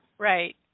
Right